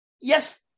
yes